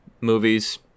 movies